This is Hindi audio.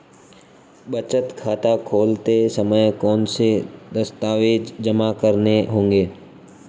बचत खाता खोलते समय कौनसे दस्तावेज़ जमा करने होंगे?